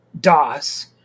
DOS